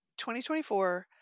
2024